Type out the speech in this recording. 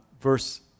verse